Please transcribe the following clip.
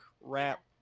rap